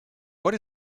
what